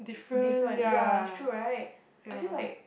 different ya it's true right I feel like